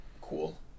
cool